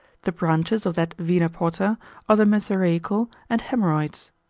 the branches of that vena porta are the mesaraical and haemorrhoids.